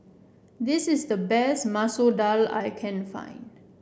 this is the best Masoor Dal I can find